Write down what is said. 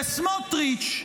לסמוטריץ'